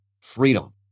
freedom